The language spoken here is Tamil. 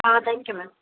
ah thank you ma'am